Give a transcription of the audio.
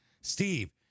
Steve